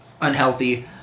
unhealthy